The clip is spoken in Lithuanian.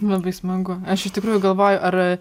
labai smagu aš iš tikrųjų galvoju ar